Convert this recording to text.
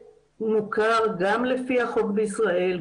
שמוכר גם לפי החוק בישראל,